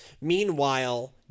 Meanwhile